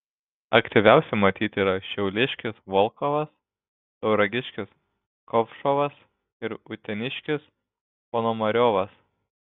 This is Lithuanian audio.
aktyviausi matyt yra šiauliškis volkovas tauragiškis kovšovas ir uteniškis ponomariovas